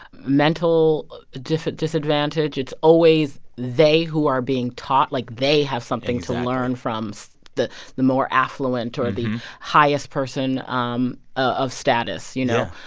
mental disadvantage, it's always they who are being taught like they have something to learn from so the the more affluent or the highest person um of status, you know?